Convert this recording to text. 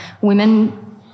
women